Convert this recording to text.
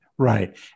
Right